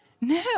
No